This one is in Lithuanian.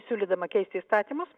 siūlydama keisti įstatymus